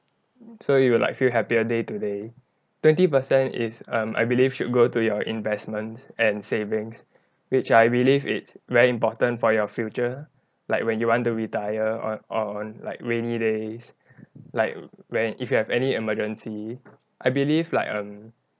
so you like feel happier day to day twenty percent is um I believe should go to your investments and savings which I believe it's very important for your future like when you want to retire or on like rainy days like when if you have any emergency I believe like um